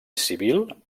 civil